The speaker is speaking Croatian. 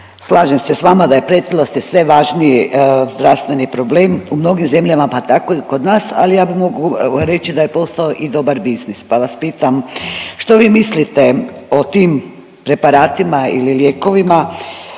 slažem se s vama da pretilost je sve važniji zdravstveni problem u mnogim zemljama, pa tako i kod nas, ali ja mogu reći da je postao i dobar biznis, pa vas pitam što vi mislite o tim preparatima ili lijekovima